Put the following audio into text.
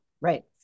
Right